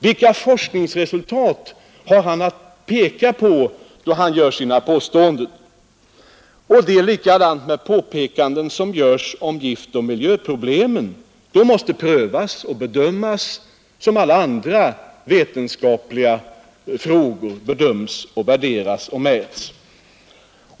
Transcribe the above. Vilka forskningsresultat har han att peka på då han gör sina påståenden? Och det är likadant med påpekanden som rör giftoch miljöproblemen. De måste prövas och bedömas som alla andra vetenskapliga frågor bedöms, värderas och mäts.